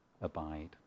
abide